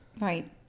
Right